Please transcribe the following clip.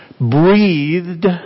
breathed